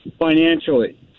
financially